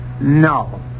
no